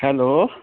hello